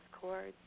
cords